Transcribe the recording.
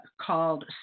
called